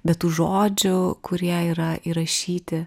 be tų žodžių kurie yra įrašyti